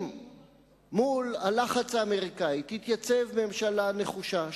אם מול הלחץ האמריקני תתייצב ממשלה נחושה,